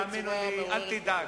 תאמין לי, אל תדאג.